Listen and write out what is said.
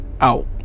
out